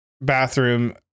bathroom